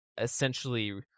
essentially